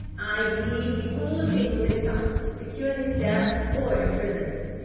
i believe the whole thing was a plot to secure his death or imprisonment.